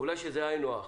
אולי זה היינו הך?